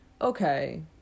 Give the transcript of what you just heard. okay